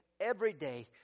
everyday